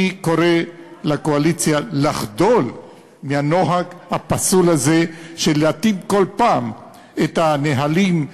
אני קורא לקואליציה לחדול מהנוהג הפסול הזה לשנות כל פעם את הנהלים,